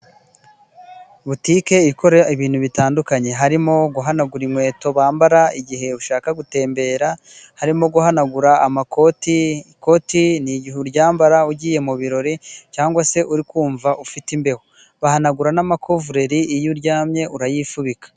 Butike ikora ibintu bitandukanye harimo: guhanagura inkweto wambara igihe ushaka gutembera ,harimo guhanagura amakoti, ikoti ni igihe uryambara ugiye mu birori cyangwa se uri kumva ufite imbeho, bahanagura n'amakuvuleri iyo uryamye urayifubika.